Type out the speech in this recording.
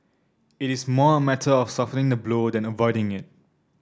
it is more a matter of softening the blow than avoiding it